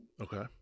Okay